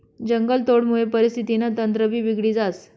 जंगलतोडमुये परिस्थितीनं तंत्रभी बिगडी जास